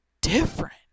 different